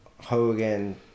Hogan